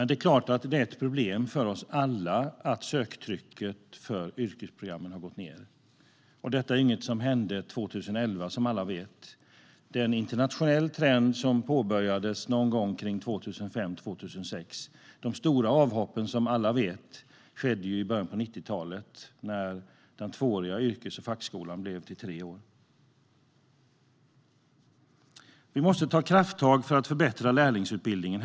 Det är klart att det är ett problem för oss alla att söktrycket för yrkesprogrammen har gått ned. Det var som alla vet inget som hände 2011, utan det är en internationell trend som påbörjades någon gång kring 2005-2006. De stora avhoppen skedde, som vi vet, i början på 90-talet när den tvååriga yrkes och fackskolan blev treårig. Vi måste ta krafttag för att förbättra lärlingsutbildningen.